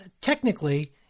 technically –